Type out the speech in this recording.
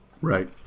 Right